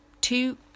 two